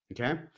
Okay